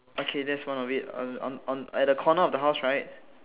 okay that's one of it uh on on at the corner of the house right